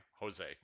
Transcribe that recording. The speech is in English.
Jose